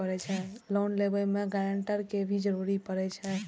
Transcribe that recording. Loan लेबे में grantor के भी जरूरी परे छै?